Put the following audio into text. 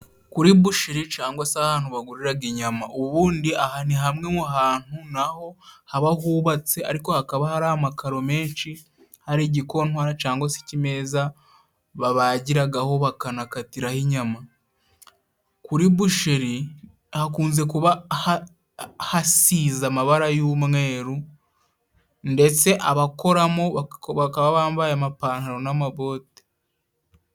Kuri busheri cangwa se ahantu baguriraga inyama, ubundi aha ni hamwe mu hantu na ho haba hubatse ariko hakaba hariho amakaro menshi hari igikontwara cangwa se ikimeza babagiragaho bakanakatiraho inyama. Kuri busheri hakunze kuba hasize amabara y'umweru ndetse abakoramo bakaba bambaye amapantaro n'amabote.